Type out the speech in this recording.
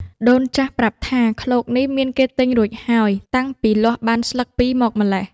ដូនចាស់ប្រាប់ថា “ឃ្លោកនេះមានគេទិញរួចហើយ តាំងពីលាស់បានស្លឹកពីរមកម៉្លេះ”។